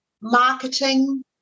marketing